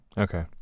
Okay